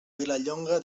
vilallonga